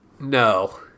No